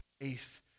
faith